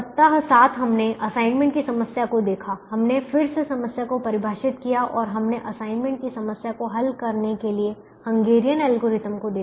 सप्ताह सात हमने असाइनमेंट की समस्या को देखा हमने फिर से समस्या को परिभाषित किया और हमने असाइनमेंट की समस्या को हल करने के लिए हंगेरियन एल्गोरिथ्म को देखा